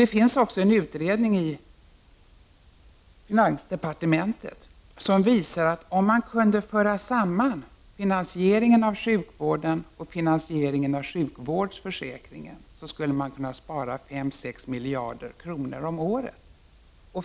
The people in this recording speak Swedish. Det finns också en utredning i finansdepartementet som visar, att om man kunde föra samman finansieringen av sjukvården och finansieringen av sjukpenningförsäkringen, skulle man kunna spara 5—6 miljarder kronor om året.